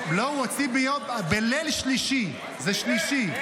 לא, הוא הוציא בליל שלישי, זה שלישי.